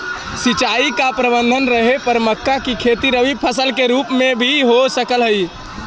सिंचाई का प्रबंध रहे पर मक्का की खेती रबी फसल के रूप में भी हो सकलई हे